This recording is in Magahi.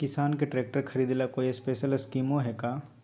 किसान के ट्रैक्टर खरीदे ला कोई स्पेशल स्कीमो हइ का?